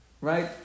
right